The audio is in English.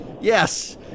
yes